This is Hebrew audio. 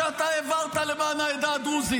שאתה העברת למען העדה הדרוזית,